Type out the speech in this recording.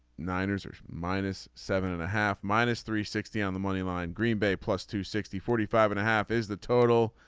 niners are minus seven and a half minus three sixty on the moneyline green bay plus two sixty forty five and a half is the total.